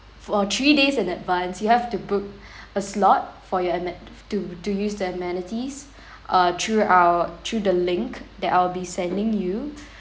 for three days in advance you have to book a slot for your ame~ to to use the amenities uh throughout through the link that I'll be sending you